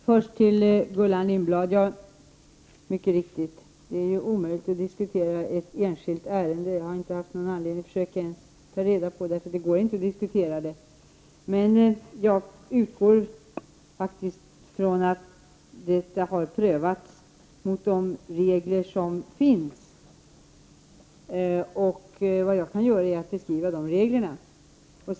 Fru talman! Jag vill först till Gullan Lindblad säga att det mycket riktigt är omöjligt att diskutera ett enskilt ärende. Jag har inte ens haft någon anledning att ta reda på omständigheterna, eftersom de inte går att diskutera. Men jag utgår från att ansökan har prövats enligt de regler som finns. Vad jag kan göra är att beskriva de reglerna.